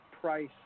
Price